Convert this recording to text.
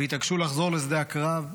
והתעקשו לחזור לשדה הקרב,